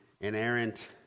inerrant